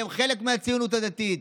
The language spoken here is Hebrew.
שהן חלק מהציונות הדתית?